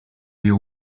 your